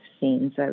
scenes